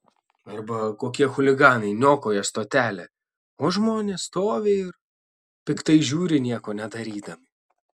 arba kokie chuliganai niokoja stotelę o žmonės stovi ir piktai žiūri nieko nedarydami